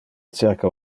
cerca